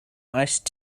iced